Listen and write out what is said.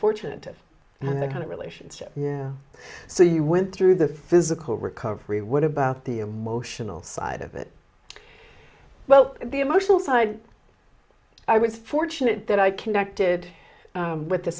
fortunate and the kind of relationship yeah so you went through the physical recovery what about the emotional side of it well the emotional side i was fortunate that i connected with the